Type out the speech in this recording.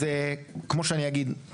אז כמו שאני אגיד,